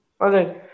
Okay